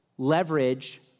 leverage